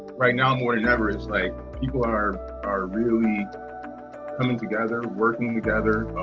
right now more than ever it's like people are are really coming together, working together,